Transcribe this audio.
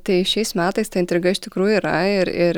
tai šiais metais ta intriga iš tikrųjų yra ir ir